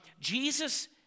Jesus